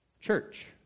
Church